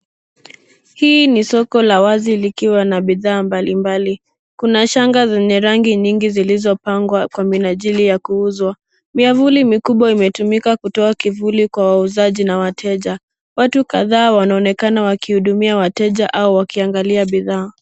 Hii ni soko la wazi likiwa na bidhaa mbali mbali, Kuna shanga zenye rangi nyingi zilizopangwa kwa minajili ya kuuzwa. miavuli mikubwa imetumika kutoa kivuli kwa wauzaji na wateja. Watu kadhaa wanaonekana wakihudumia wateja au wakiangalia bidhaa